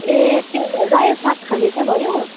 ए त्यो रायो साग खाने चाहिँ भयो